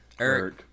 Eric